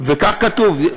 וכך כתוב,